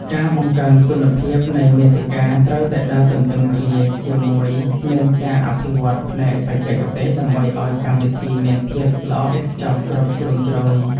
ការបង្កើនគុណភាពនៃមាតិកាត្រូវតែដើរទន្ទឹមគ្នាជាមួយនឹងការអភិវឌ្ឍផ្នែកបច្ចេកទេសដើម្បីឱ្យកម្មវិធីមានភាពល្អឥតខ្ចោះគ្រប់ជ្រុងជ្រោយ។